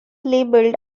labeled